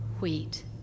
wheat